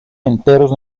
enteros